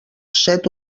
set